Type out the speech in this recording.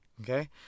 Okay